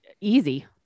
Easy